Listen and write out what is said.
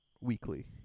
weekly